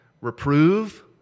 reprove